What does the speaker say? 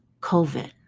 COVID